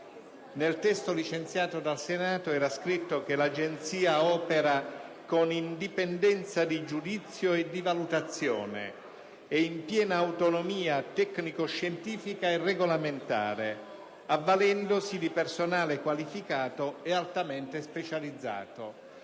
Nel testo licenziato dal Senato, al comma 3, era scritto: "L'Agenzia opera con indipendenza di giudizio e di valutazione e in piena autonomia tecnico-scientifica e regolamentare, avvalendosi di personale qualificato ed altamente specializzato".